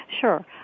Sure